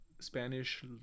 spanish